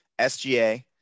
SGA